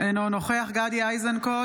אינו נוכח גדי איזנקוט,